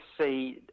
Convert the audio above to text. see